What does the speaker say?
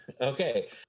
okay